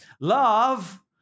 Love